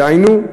דהיינו,